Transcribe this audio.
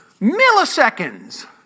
milliseconds